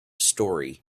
story